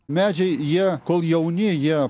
medžiai jie kol jauni jie